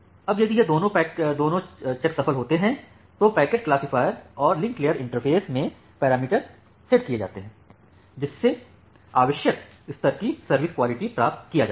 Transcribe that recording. अब यदि यह दोनों चेक्स सफल होते हैं तो पैकेट क्लासिफ़ायर और लिंक लेयर इंटरफ़ेस में पैरामीटर सेट किए जाते हैंजिससे आवश्यक स्तर की सर्विस क्वालिटी प्राप्त किया जा सके